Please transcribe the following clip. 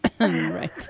Right